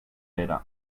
pere